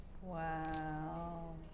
Wow